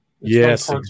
Yes